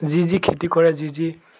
যি যি খেতি কৰে যি যি